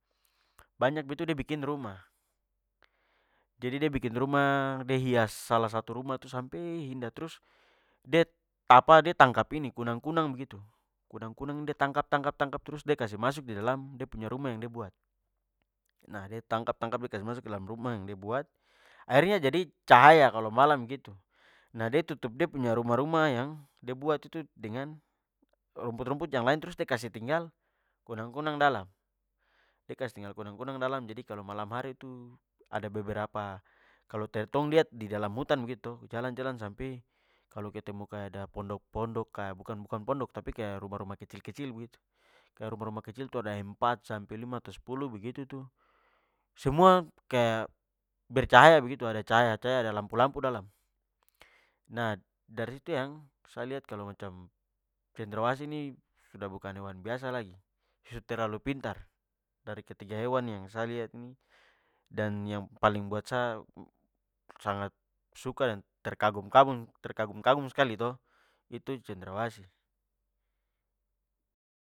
Banyak begitu de bikin rumah. Jadi de bikin rumah, de hias salah satu rumah itu sampe indah. Trus de apa de tangkap ini kunang-kunang begitu. Kunang-kunang ini de tangkap tangkap tangkap- trus de kasih masuk didalam de punya rumah yang de buat. Nah, de tangkap tangkap- de kasih masuk dalam rumah yang de buat, akhirnya jadi cahaya kalo malam begitu. Nah, de tutup de punya rumah-rumah yang de buat itu dengan rumput-rumput yang lain, trus de kasih tinggal kunang-kunang dalam. De kasih tinggal kunang-kunang dalam jadi, kalo malam hari tu ada beberapa kalo tong lihat didalam hutan begitu to jalan-jalan sampe kalo ketemu kaya ada pondok-pondok, kaya bukan bukan- pondok tapi kaya rumah-rumah kecil kecil begitu. Kaya rumah-rumah kecil itu ada empat sampe lima atau sepuluh begitu tu, semua kaya bercahaya begitu, ada cahaya-cahaya, ada lampu-lampu dalam. Nah, dari situ yang sa lihat kalo macam cendrawasih nih sudah bukan hewan biasa lagi. Su terlalu pintar dari ketiga hewan yang sa lihat nih dan yang paling buat sa sangat suka dan terkagum-kagum terkagum-kagum- skali to, itu cendrawasih.